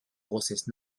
grossesses